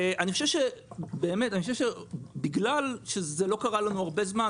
אני חושב שבגלל שזה לא קרה לנו הרבה זמן,